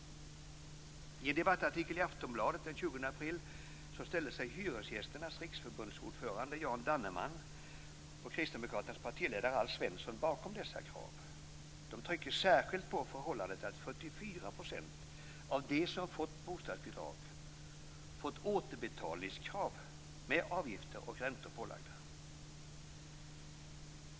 I en debattartikel i Aftonbladet den 20 april ställde sig ordföranden för Hyresgästernas Riksförbund Jan Svensson bakom dessa krav. De trycker särskilt på förhållandet att 44 % av dem som fått bostadsbidrag fått återbetalningskrav med avgifter och räntor pålagda.